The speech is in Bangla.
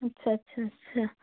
আচ্ছা আচ্ছা আচ্ছা